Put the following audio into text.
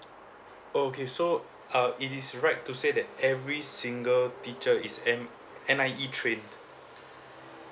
oh okay so uh it is right to say that every single teacher is N~ N_I_E trained